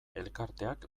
elkarteak